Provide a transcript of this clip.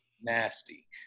nasty